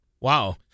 Wow